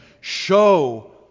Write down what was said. Show